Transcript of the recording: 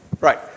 Right